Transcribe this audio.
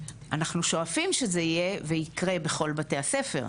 אנחנו שואפים שזה יהיה ויקרה בכל בתי הספר,